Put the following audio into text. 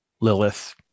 Lilith